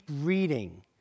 reading